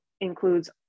includes